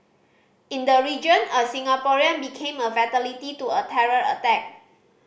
in the region a Singaporean became a fatality to a terror attack